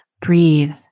Breathe